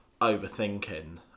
overthinking